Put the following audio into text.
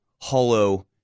hollow